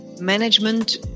management